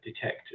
detect